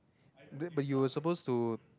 babe but you were supposed to